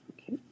Okay